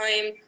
time